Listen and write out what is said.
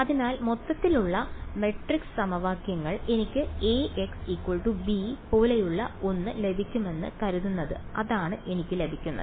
അതിനാൽ മൊത്തത്തിലുള്ള മാട്രിക്സ് സമവാക്യങ്ങൾ എനിക്ക് Ax b പോലെയുള്ള ഒന്ന് ലഭിക്കുമെന്ന് കരുതുന്നത് അതാണ് എനിക്ക് ലഭിക്കുന്നത്